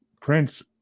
Prince